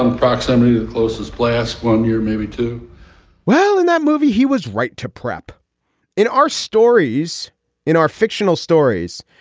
approximately the closest place one year maybe two well in that movie he was right to prep in our stories in our fictional stories.